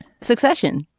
Succession